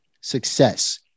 success